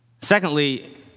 secondly